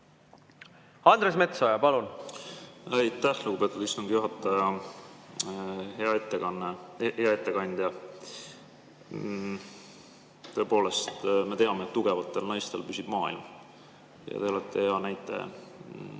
Andres Metsoja, palun! Aitäh, lugupeetud istungi juhataja! Hea ettekandja! Tõepoolest, me teame, et tugevatel naistel püsib maailm, ja te olete selle